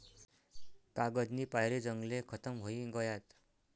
कागदनी पायरे जंगले खतम व्हयी गयात